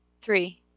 Three